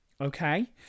okay